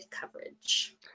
coverage